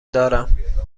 دارم